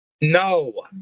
No